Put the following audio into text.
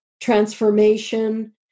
transformation